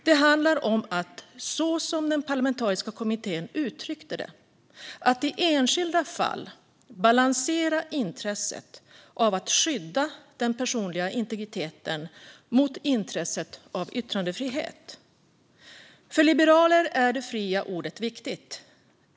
Det handlar om att, såsom den parlamentariska kommittén uttryckte det, "i enskilda fall balansera intresset av att skydda enskildas personliga integritet mot intresset av yttrandefrihet". För liberaler är det fria ordet viktigt.